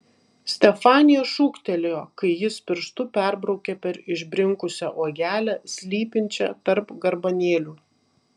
stefanija šūktelėjo kai jis pirštu perbraukė per išbrinkusią uogelę slypinčią tarp garbanėlių